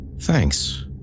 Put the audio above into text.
Thanks